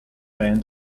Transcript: end